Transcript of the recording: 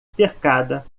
cercada